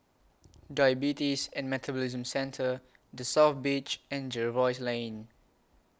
Diabetes and Metabolism Centre The South Beach and Jervois Lane